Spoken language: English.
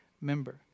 member